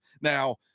Now